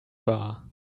bar